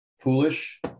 Foolish